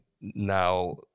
now